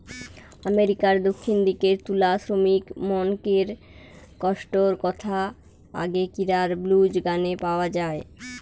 আমেরিকার দক্ষিণ দিকের তুলা শ্রমিকমনকের কষ্টর কথা আগেকিরার ব্লুজ গানে পাওয়া যায়